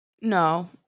No